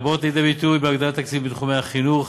הבאות לידי ביטוי בהגדלת תקציבים בתחומי החינוך,